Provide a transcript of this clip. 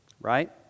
right